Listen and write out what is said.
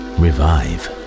revive